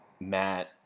Matt